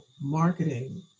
marketing